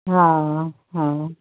हा हा